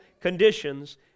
conditions